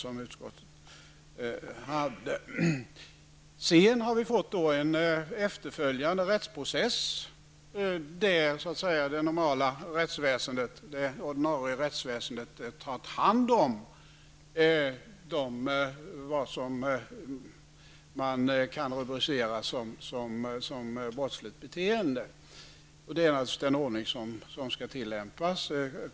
Vi har sedan fått en efterföljande rättsprocess, där det ordinarie rättsväsendet har tagit hand om det som kan rubriceras som brottsligt beteende. Det är den ordning som skall tillämpas.